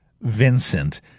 Vincent